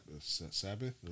Sabbath